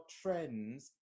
trends